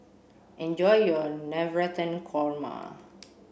enjoy your Navratan Korma